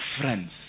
friends